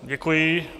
Děkuji.